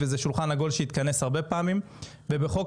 בחוק ההסדרים הקרוב ובתקציב הבא ובכספים